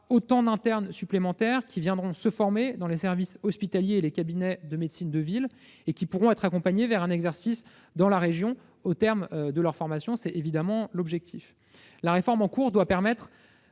autant d'internes supplémentaires qui viendront se former dans les services hospitaliers et les cabinets de médecine de ville et qui pourront être accompagnés vers un exercice dans la région au terme de leur formation. La réforme en cours doit désormais